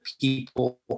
people